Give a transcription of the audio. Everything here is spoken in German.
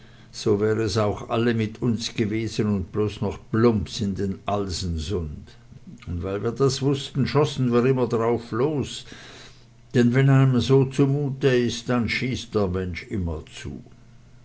so wär es auch alle mit uns gewesen und bloß noch plumps in den alsensund und weil wir das wußten schossen wir immer drauflos denn wenn einem so zumute ist dann schießt der mensch immerzu